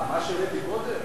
על מה שהעליתי קודם?